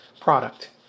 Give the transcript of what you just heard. product